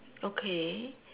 okay